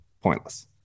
pointless